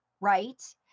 right